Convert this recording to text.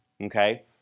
Okay